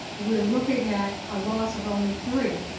we're looking at a loss of only three.